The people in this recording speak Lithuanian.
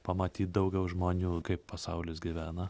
pamatyt daugiau žmonių kaip pasaulis gyvena